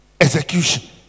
execution